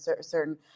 certain